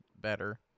better